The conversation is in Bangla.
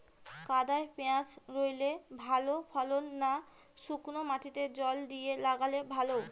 কাদায় পেঁয়াজ রুইলে ভালো ফলন না শুক্নো মাটিতে জল দিয়ে লাগালে?